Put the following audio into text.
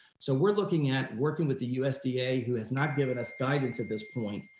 so we're looking at working with the usda yeah who has not given us guidance at this point,